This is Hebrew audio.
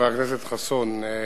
חבר הכנסת חסון,